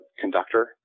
conductor